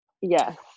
yes